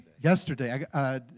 Yesterday